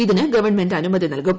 ഇതിന് ഗവൺമെന്റ് അനുമതി നല്കും